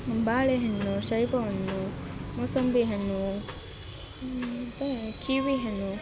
ಬಾಳೆಹಣ್ಣು ಸೇಬುಹಣ್ಣು ಮೂಸಂಬಿ ಹಣ್ಣು ಮತ್ತು ಕಿವಿ ಹಣ್ಣು